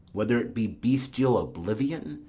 whether it be bestial oblivion,